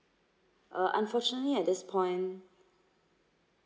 uh unfortunately at this point